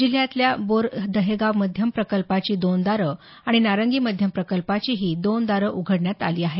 जिल्ह्यातल्या बोरदहेगाव मध्यम प्रकल्पाची दोन दारं आणि नारंगी मध्यम प्रकल्पाचीही दोन दारं उघडण्यात आली आहेत